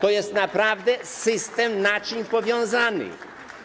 To jest naprawdę system naczyń powiązanych.